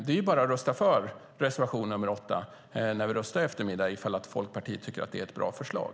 Det är bara att rösta för reservation nr 8 när ni röstar i eftermiddag, om Folkpartiet tycker att det är ett bra förslag.